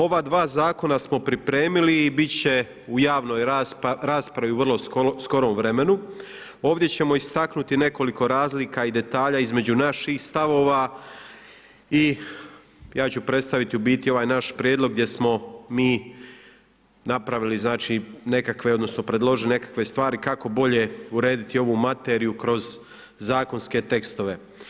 Ova dva zakona smo pripremili i bit će u javnoj raspravi u vrlo skorom vremenu, ovdje ćemo istaknuti nekoliko razlika i detalja između naših stavova i ja ću predstaviti u biti ovaj naš prijedlog gdje smo mi napravili nekakve, odnosno predložili nekakve stvari kako bolje urediti ovu materiju kroz zakonske tekstove.